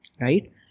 right